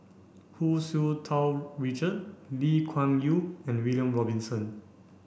Hu Tsu Tau Richard Lee Kuan Yew and William Robinson